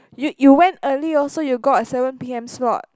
you you went early also you got a seven p_m slot